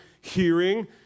hearing